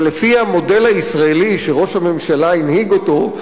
אבל לפי המודל הישראלי שראש הממשלה הנהיג אותו,